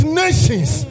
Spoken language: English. nations